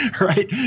right